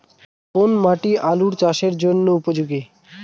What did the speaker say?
কোন মাটি আলু চাষের জন্যে উপযোগী?